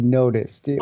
noticed